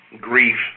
grief